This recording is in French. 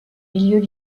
milieux